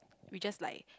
we just like